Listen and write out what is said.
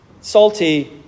Salty